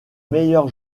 meilleurs